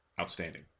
Outstanding